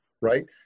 right